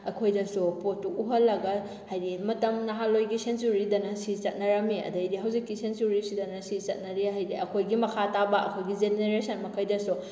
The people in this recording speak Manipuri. ꯑꯩꯈꯣꯏꯗꯁꯨ ꯄꯣꯠꯇꯨ ꯎꯍꯜꯂꯒ ꯍꯥꯏꯗꯤ ꯃꯇꯝ ꯅꯍꯥꯟꯋꯥꯏꯒꯤ ꯁꯦꯟꯆꯨꯔꯤꯗꯅ ꯁꯤ ꯆꯠꯅꯔꯝꯃꯤ ꯑꯗꯩꯗꯤ ꯍꯧꯖꯤꯛꯀꯤ ꯁꯦꯟꯆꯨꯔꯤꯁꯤꯗꯅ ꯁꯤ ꯆꯠꯅꯔꯤ ꯍꯥꯏꯗꯤ ꯑꯩꯈꯣꯏꯒꯤ ꯃꯈꯥ ꯇꯥꯕ ꯑꯩꯈꯣꯏꯒꯤ ꯖꯦꯅꯦꯔꯦꯁꯟ ꯃꯈꯩꯗꯁꯨ